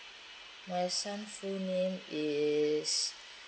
my son full name is